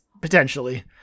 potentially